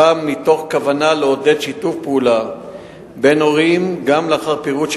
מתוך כוונה לעודד שיתוף פעולה בין הורים גם לאחר פירוד,